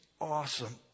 awesome